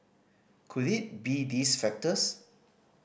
could it be these factors